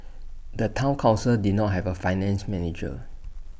the Town Council did not have A finance manager